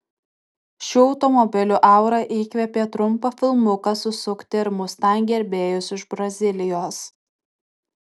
šių automobilių aura įkvėpė trumpą filmuką susukti ir mustang gerbėjus iš brazilijos